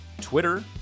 Twitter